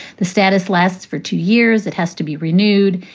the status lasts for two years. it has to be renewed.